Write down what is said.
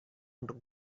untuk